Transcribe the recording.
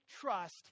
trust